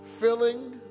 filling